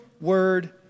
word